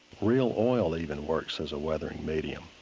real oil even works as a weathering medium.